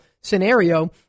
scenario